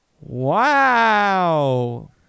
Wow